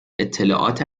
اطلاعات